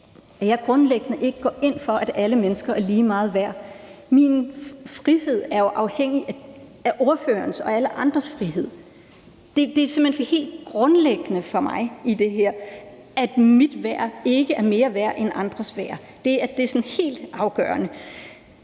ikke grundlæggende går ind for, at alle mennesker er lige meget værd. Min frihed er jo afhængig af ordførerens og alle andres frihed. Det er simpelt hen helt grundlæggende for mig i det her, at mit værd ikke er mere værd end andres værd. Det er helt afgørende.